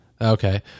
Okay